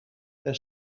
their